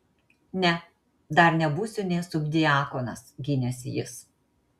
ne dar nebūsiu nė subdiakonas gynėsi jis